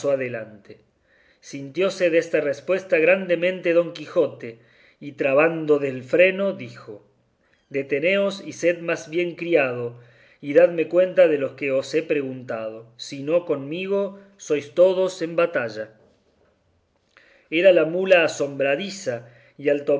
adelante sintióse desta respuesta grandemente don quijote y trabando del freno dijo deteneos y sed más bien criado y dadme cuenta de lo que os he preguntado si no conmigo sois todos en batalla era la mula asombradiza y